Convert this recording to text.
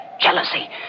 jealousy